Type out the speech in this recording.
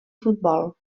futbol